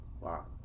Wow